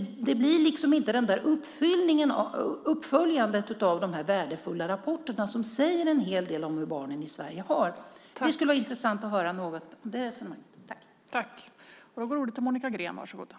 Det blir inte uppföljandet av de värdefulla rapporterna, som säger en hel del om hur barnen i Sverige har det. Det skulle vara intressant att höra något om det resonemanget.